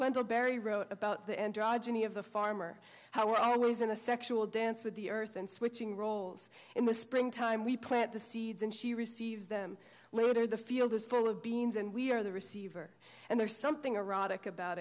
wendell berry wrote about the androgyny of the farmer how we're always in a sexual dance with the earth and switching roles in the springtime we plant the seeds and she receives them litter the field is full of beans and we are the receiver and there's something a rhotic about